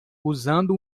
usando